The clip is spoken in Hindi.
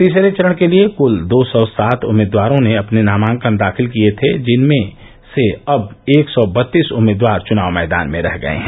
तीसरे चरण के लिये कुल दो सौ सात उम्मीदवारों ने अपने नामांकन दाखिल किये थे जिसमें से अब एक सौ बत्तीस उम्मीदवार चुनाव मैदान में रह गये हैं